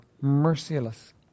merciless